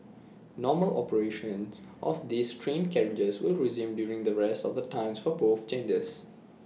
normal operations of these train carriages will resume during the rest of the times for both genders